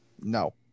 No